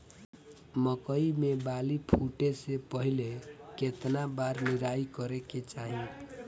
मकई मे बाली फूटे से पहिले केतना बार निराई करे के चाही?